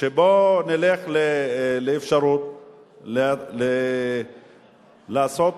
שבואו נלך לאפשרות לעשות,